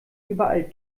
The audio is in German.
überall